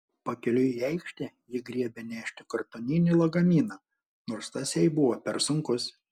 pakeliui į aikštę ji griebė nešti kartoninį lagaminą nors tas jai buvo per sunkus